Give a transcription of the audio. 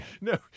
no